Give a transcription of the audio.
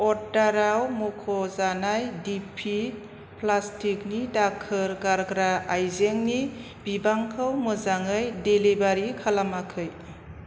अर्डाराव मुख'जानाय दिपि प्लास्टिकनि दाखोर गारग्रा आयजेंनि बिबांखौ मोजाङै डेलिबारि खालामाखै